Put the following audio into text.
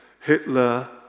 Hitler